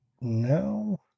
no